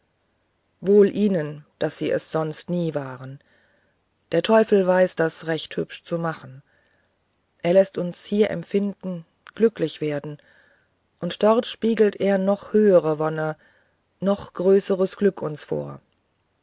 wohl ihnen daß sie es sonst nie waren der teufel weiß das recht hübsch zu machen er läßt uns hier empfinden glücklich werden und dort spiegelt er noch höhere wonne noch größeres glück uns vor